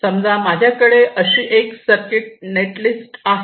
समजा माझ्याकडे अशी एक सर्किट नेटलिस्ट आहे